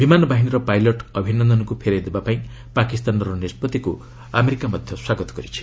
ବିମାନ ବାହିନୀର ପାଇଲଟ୍ ଅଭିନନ୍ଦନଙ୍କୁ ଫେରାଇ ଦେବାପାଇଁ ପାକିସ୍ତାନର ନିଷ୍ପଭିକ୍ ଆମେରିକା ସ୍ୱାଗତ କରିଛି